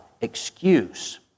excuse